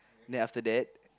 then after that